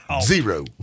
Zero